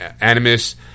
animus